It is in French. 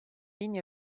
ligne